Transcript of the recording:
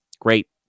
great